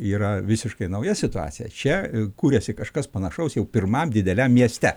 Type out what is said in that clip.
yra visiškai nauja situacija čia kuriasi kažkas panašaus jau pirmam dideliam mieste